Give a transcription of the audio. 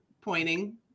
pointing